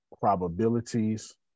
probabilities